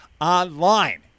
online